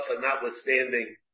notwithstanding